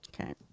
Okay